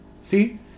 See